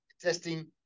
Testing